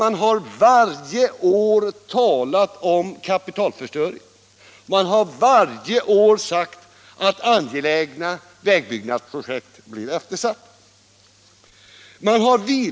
Man har varje år talat om kapitalförstöring, och man har varje år sagt att angelägna vägbyggnadsprojekt blir eftersatta.